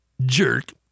Jerk